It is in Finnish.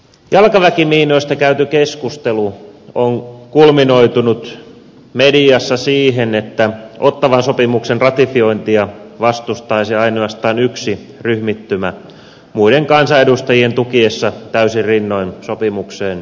jalkaväkimiinoista käyty keskustelu on kulminoitunut mediassa siihen että ottawan sopimuksen ratifiointia vastustaisi ainoastaan yksi ryhmittymä muiden kansanedustajien tukiessa täysin rinnoin sopimukseen liittymistä